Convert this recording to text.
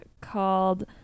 called